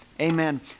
amen